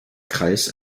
kreis